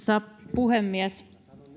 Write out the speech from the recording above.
puhemies